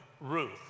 Ruth